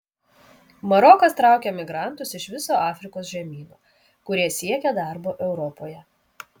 marokas traukia migrantus iš viso afrikos žemyno kurie siekia darbo europoje